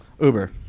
Uber